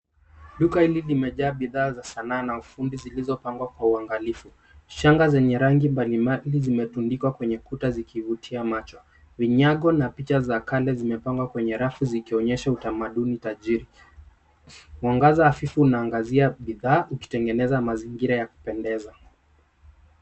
Duka hili limejaa bidhaa za sanaa na ufundi zilizopangwa kwa uangalifu. Shanga zenye rangi mbalimbali zimetundikwa kwenye kuta zikivutia macho. Vinyago na picha za kale zimepangwa kwenye rafu zikionyesha utamaduni tajiri. Mwangaza hafifu inaangazia bidhaa ikitengeneza mazingira ya kupendeza.